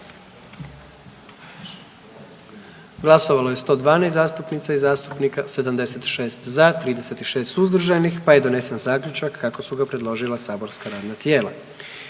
Glasovalo je 124 zastupnika i zastupnica, 117 za, 7 suzdržanih te je na taj način donesen zaključak kako su ga predložila saborska radna tijela.